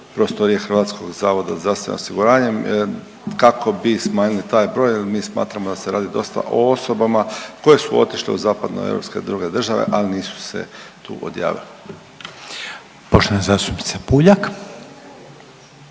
prostorije Hrvatskog zavoda za zdravstveno osiguranje kako bi smanjili taj broj. Mi smatramo da se radi dosta o osobama koje su otišle u zapadno europske i druge države, a nisu se tu odjavile. **Reiner, Željko